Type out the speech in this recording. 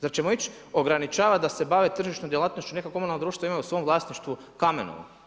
Zar ćemo ići ograničavati da se bave tržišnom djelatnošću neko komunalno društvo ima u svom vlasništvu kamenolom.